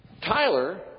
Tyler